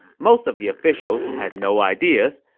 most of the officials had no ideas.